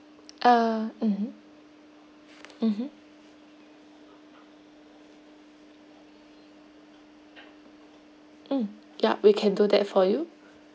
uh mmhmm mmhmm mm yup we can do that for you